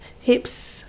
Hips